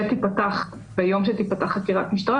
ביום שתיפתח חקירת משטרה,